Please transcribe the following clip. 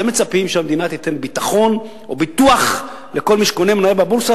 אתם מצפים שהמדינה תיתן ביטחון או ביטוח לכל מי שקונה מניה בבורסה,